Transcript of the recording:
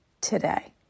today